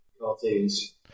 cartoons